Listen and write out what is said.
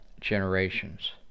generations